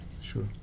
sure